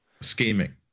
Scheming